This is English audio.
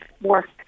work